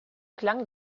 klang